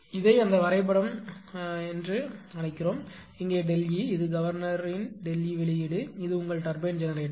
இதை அந்த வரைபடம் என்று அழைக்கிறீர்கள் இங்கே ΔE இது கவர்னரின் ΔE வெளியீடு இது உங்கள் டர்பைன் ஜெனரேட்டர்